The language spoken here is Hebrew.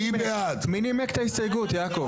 מי נימק את ההסתייגות, יעקב?